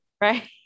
right